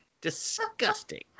Disgusting